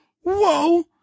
Whoa